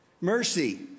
mercy